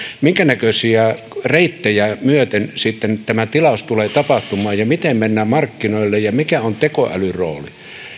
minkä näköisiä reittejä myöten sitten tämä tilaus tulee tapahtumaan ja miten mennään markkinoille ja mikä on tekoälyn rooli